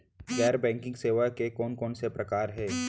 गैर बैंकिंग सेवा के कोन कोन से प्रकार हे?